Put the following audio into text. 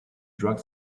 drank